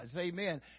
Amen